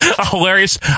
hilarious